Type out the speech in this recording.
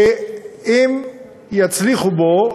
אם יצליחו בו,